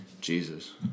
Jesus